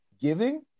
giving